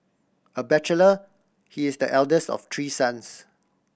a bachelor he is the eldest of three sons